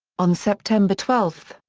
on september twelve,